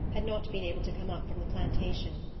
had not been able to come up from the plantation,